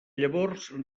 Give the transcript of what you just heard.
llavors